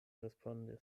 respondis